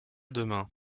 demain